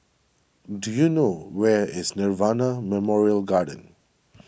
do you know where is Nirvana Memorial Garden